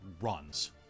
runs